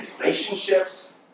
relationships